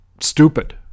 stupid